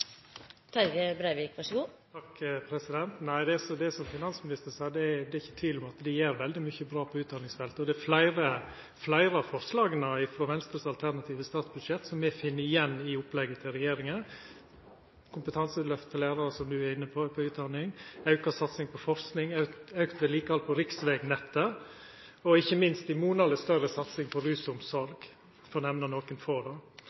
Det er som finansministeren seier. Det er ikkje tvil om at dei gjer veldig mykje bra på utdanningsfeltet, og det er fleire av forslaga frå Venstre sitt alternative statsbudsjett som me finn igjen i opplegget til regjeringa: kompetanseløft for lærar, som ho var inne på knytt til utdanning, auka satsing på forsking, auka vedlikehald på riksvegnettet og ikkje minst ei monaleg større satsing på rusomsorg, for å nemna nokre få. På alle desse områda går me likevel – viss finansministeren har studert vårt alternative statsbudsjett – monaleg lenger enn det